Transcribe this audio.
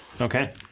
Okay